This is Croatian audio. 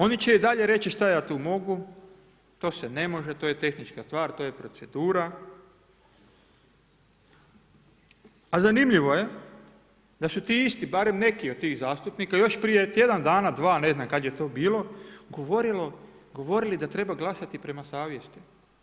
Oni će i dalje reći, šta ja tu mogu, to se ne može, to je tehnička stvar, to je procedura, a zanimljivo je da su ti isti, barem neki od tih zastupnika još prije tjedan dana dva, ne znam kad je to bilo govorili da treba glasati prema savjesti.